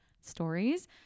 stories